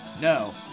no